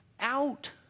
out